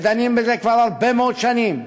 ודנים בזה כבר הרבה מאוד שנים,